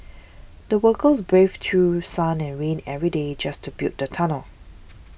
the workers braved through sun and rain every day just to build the tunnel